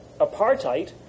apartheid